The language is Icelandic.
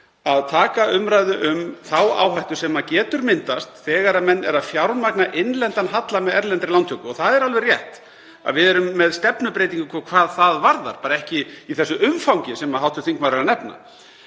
að taka umræðu um þá áhættu sem getur myndast þegar menn fjármagna innlendan halla með erlendri lántöku. Það er alveg rétt að við erum með stefnubreytingu hvað það varðar, bara ekki í því umfangi sem hv. þingmaður er að nefna.